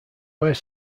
where